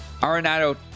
Arenado